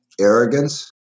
arrogance